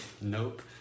nope